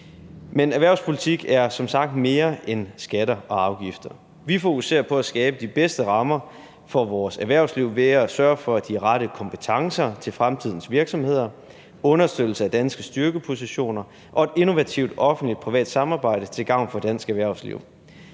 Men erhvervspolitik er som sagt mere end skatter og afgifter. Vi fokuserer på at skabe de bedste rammer for vores erhvervsliv ved at sørge for de rette kompetencer til fremtidens virksomheder, understøttelse af danske styrkepositioner og et innovativt offentlig-privat samarbejde til gavn for dansk erhvervsliv.